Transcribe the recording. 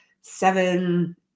seven